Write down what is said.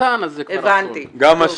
גם אם זה מספר קטן, זה כבר אסון.